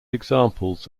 examples